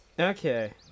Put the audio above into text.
Okay